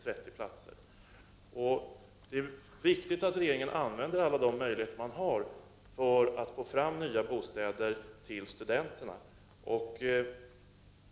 Det är viktigt att regeringen utnyttjar alla möjligheter som finns för att få fram nya bostäder till studenterna.